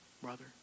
brother